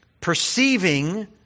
perceiving